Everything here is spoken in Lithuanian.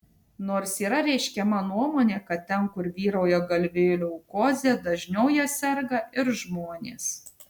nors yra reiškiama nuomonė kad ten kur vyrauja galvijų leukozė dažniau ja serga ir žmonės